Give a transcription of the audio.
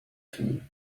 fille